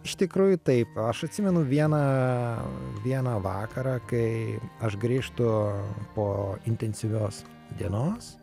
iš tikrųjų taip aš atsimenu vieną vieną vakarą kai aš grįžtu po intensyvios dienos